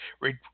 Read